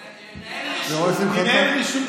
שינהל רישום,